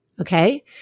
Okay